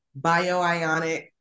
Bioionic